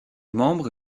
membres